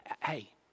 Hey